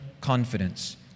confidence